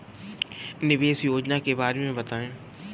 निवेश योजना के बारे में बताएँ?